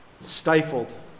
stifled